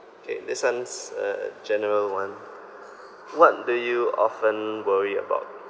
K this one's a general one what do you often worry about